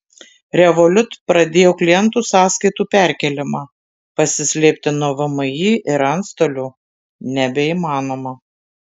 revolut pradėjo klientų sąskaitų perkėlimą pasislėpti nuo vmi ir antstolių nebeįmanoma